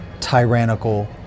tyrannical